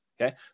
Okay